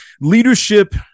Leadership